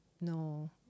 No